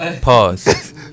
Pause